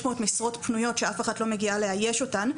משרות פנויות שאף אחת לא מגיעה לאייש אותן,